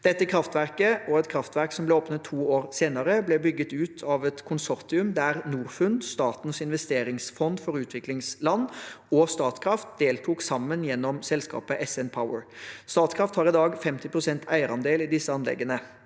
Dette kraftverket og et kraftverk som ble åpnet to år senere, ble bygd ut av et konsortium der Norfund, statens investeringsfond for utviklingsland, og Statkraft deltok sammen gjennom selskapet SN Power. Statkraft har i dag 50 pst. eierandel i disse anleggene.